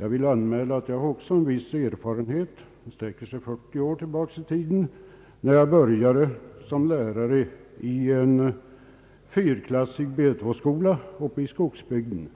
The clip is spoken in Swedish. Jag vill anmäla att jag också har en viss erfarenhet som sträcker sig 40 år tillbaka i tiden, när jag började som lärare i en fyrklassig B2-skola uppe i skogsbygden.